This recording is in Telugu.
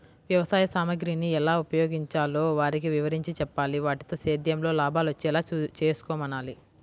వ్యవసాయ సామగ్రిని ఎలా ఉపయోగించాలో వారికి వివరించి చెప్పాలి, వాటితో సేద్యంలో లాభాలొచ్చేలా చేసుకోమనాలి